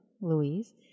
Louise